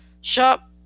Shop